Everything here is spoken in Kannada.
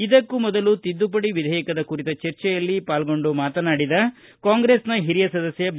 ಇದಕ್ಕೂ ಮೊದಲು ತಿದ್ದುಪಡಿ ವಿಧೇಯಕದ ಕುರಿತ ಚರ್ಚೆಯಲ್ಲಿ ಪಾಲ್ಗೊಂಡು ಮಾತನಾಡಿದ ಕಾಂಗ್ರೆಸ್ನ ಹಿರಿಯ ಸದಸ್ಯ ಬಿ